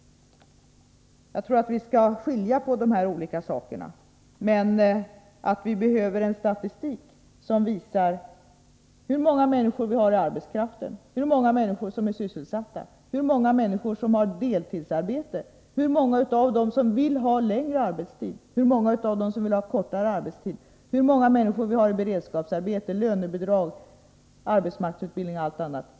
Jag tror att vi skall skilja på dessa olika saker. Men jag håller helt med Carl-Henrik Hermansson om att vi behöver en statistik som visar hur många människor vi har i arbetskraften, hur många människor som är sysselsatta, hur många som har deltidsarbete, hur många av dem som vill ha längre arbetstid, hur många av dem som vill ha kortare arbetstid, hur många människor vi har i beredskapsarbete, med lönebidrag, i arbetsmarknadsutbildning och allt annat.